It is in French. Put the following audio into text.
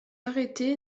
arrêté